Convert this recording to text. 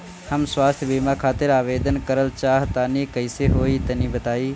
हम स्वास्थ बीमा खातिर आवेदन करल चाह तानि कइसे होई तनि बताईं?